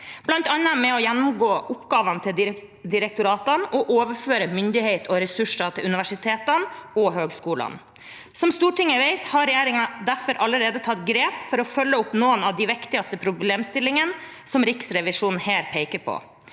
bl.a. ved å gjennomgå oppgavene til direktoratene og overføre myndighet og ressurser til universitetene og høyskolene. Som Stortinget vet, har regjeringen derfor allerede tatt grep for å følge opp noen av de viktigste problemstillingene som Riksrevisjonen her peker på.